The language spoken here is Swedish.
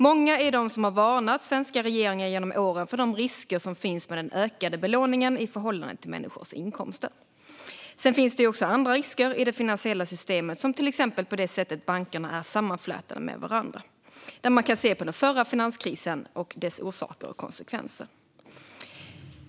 Många är de som har varnat svenska regeringar genom åren för de risker som finns med den ökade belåningen i förhållande till människors inkomster. Det finns även andra risker i det finansiella systemet, till exempel det sätt som bankerna är sammanflätade med varandra, vilket kunde ses vid den förra finanskrisen och i dess orsaker och konsekvenser.